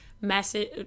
message